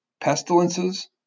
pestilences